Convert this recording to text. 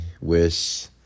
wish